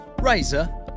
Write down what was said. Razor